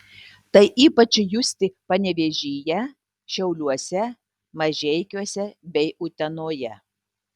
tai ypač justi panevėžyje šiauliuose mažeikiuose bei utenoje